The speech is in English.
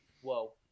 Whoa